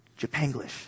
Japanglish